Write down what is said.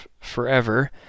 forever